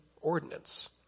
ordinance